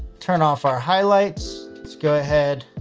turn off our highlights. let's go ahead.